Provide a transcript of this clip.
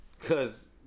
Cause